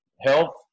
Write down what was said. health